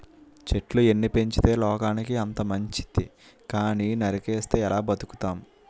చెట్లు ఎన్ని పెంచితే లోకానికి అంత మంచితి కానీ నరికిస్తే ఎలా బతుకుతాం?